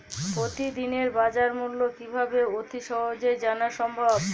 প্রতিদিনের বাজারমূল্য কিভাবে অতি সহজেই জানা সম্ভব?